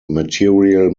material